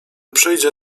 przyjdzie